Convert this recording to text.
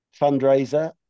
fundraiser